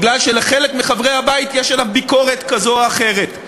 מפני שלחלק מחברי הבית יש עליו ביקורת כזו או אחרת.